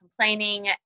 complaining